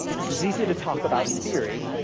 this is easy to talk about in theory,